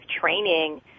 training